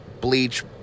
bleach